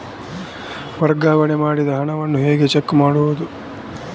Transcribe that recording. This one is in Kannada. ವರ್ಗಾವಣೆ ಮಾಡಿದ ಹಣವನ್ನು ಹೇಗೆ ಚೆಕ್ ಮಾಡುವುದು?